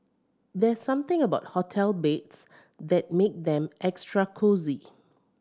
there's something about hotel beds that make them extra cosy